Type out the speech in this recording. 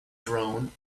drone